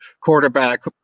quarterback